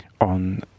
on